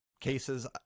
cases